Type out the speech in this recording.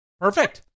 Perfect